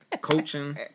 coaching